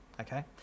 okay